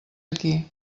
aquí